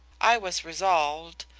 i was resolved,